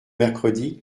mercredi